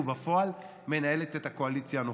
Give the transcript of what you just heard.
ובפועל מנהלת את הקואליציה הנוכחית.